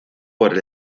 por